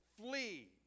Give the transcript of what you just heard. Flee